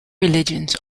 religions